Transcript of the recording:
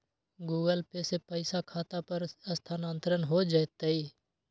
Google Pay से पईसा खाता पर स्थानानंतर हो जतई?